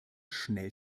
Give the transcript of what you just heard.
schnell